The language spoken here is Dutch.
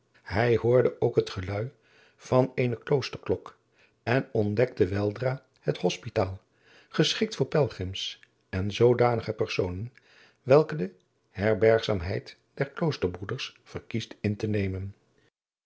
hij hoorde ook het gelui van eene kloosterklok en ontdekte weldra het hospitaal geschikt voor pelgrims en zoodanige personen welke de herbergzaamheid der kloosterbroeders verkiest in te nemen